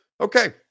Okay